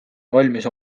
valmis